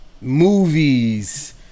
Movies